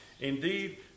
Indeed